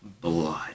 blood